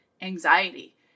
anxiety